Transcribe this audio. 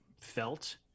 felt